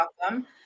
welcome